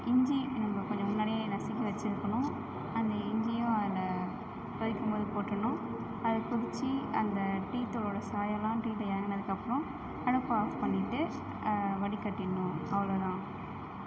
இஞ்சி நம்ம கொஞ்சம் முன்னாடியே நசுக்கி வச்சுருக்குணும் அந்த இஞ்சியும் அதில் கொதிக்கும் போது போட்டிருணும் அது கொதித்து அந்த டீத்தூளோடய சாயமெலாம் டீயில் இறங்குனதுக்கு அப்புறம் அடுப்பை ஆஃப் பண்ணிவிட்டு வடிக்கட்டிடணும் அவ்வளோதான்